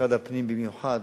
משרד הפנים במיוחד